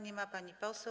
Nie ma pani poseł.